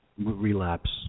Relapse